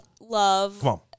love